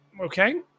Okay